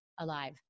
alive